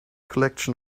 collection